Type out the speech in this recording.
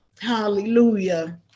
Hallelujah